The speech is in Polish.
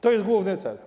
To jest główny cel.